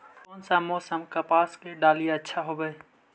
कोन सा मोसम कपास के डालीय अच्छा होबहय?